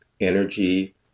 energy